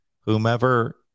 whomever